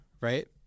right